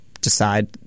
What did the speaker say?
decide